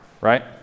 right